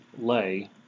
lay